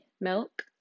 milk